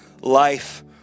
life